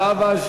זהבה,